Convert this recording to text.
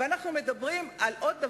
אני מדבר לכיסא